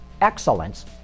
Excellence